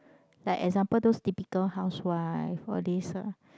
like example those typical housewife all these ah